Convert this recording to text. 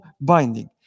binding